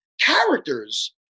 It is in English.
characters